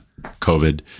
COVID